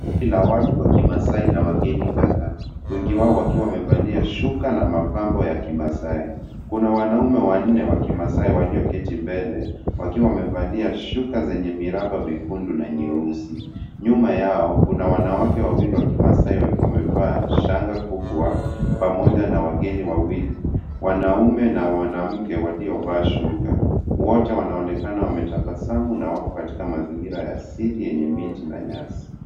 Kundi la watu wa kimaasai na wageni kadhaa wengi wao wakiwa wamevalia shuka na mapambo ya kimaasai kuna wanaume wanne wa kimaasai walioketi mbele wakiwa wamevalia shuka zenye miraba miekundu na nyeusi. Nyuma yao kuna wanawake wawili wa kimaasai wakiwa wamevaa shanga kubwa pamoja na wageni wawili wanaume na wanawake waliovaa shuka wote wanaonekana wametabasamu na wako katika mazingira ya asili yenye miti na nyasi.